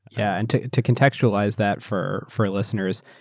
yeah and to to contextualize that for for our listeners,